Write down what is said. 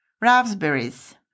raspberries